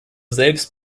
selbst